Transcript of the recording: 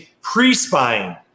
pre-spying